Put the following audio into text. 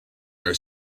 are